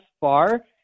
far